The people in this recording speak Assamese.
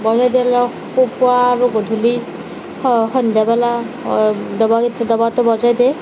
বজাই পেলাই পুৱা আৰু গধূলি সন্ধ্যাবেলা অ দবাকে দবাটো বজাই দিয়ে